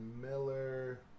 Miller